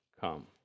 come